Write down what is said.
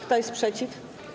Kto jest przeciw?